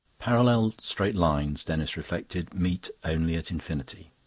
parallel straight lines, denis reflected, meet only at infinity.